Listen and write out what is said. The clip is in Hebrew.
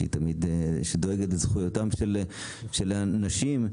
שדואגת לזכויותיהן של נשים,